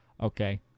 Okay